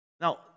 now